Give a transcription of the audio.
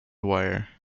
wire